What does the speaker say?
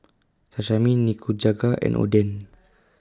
Sashimi Nikujaga and Oden